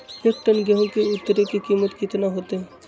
एक टन गेंहू के उतरे के कीमत कितना होतई?